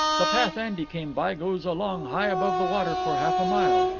the path andy came by goes along high above the water for half a mile.